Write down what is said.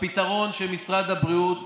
הפתרון שמשרד הבריאות